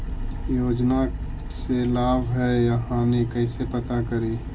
योजना से का लाभ है या हानि कैसे पता करी?